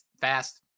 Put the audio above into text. fast